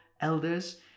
elders